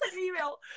Email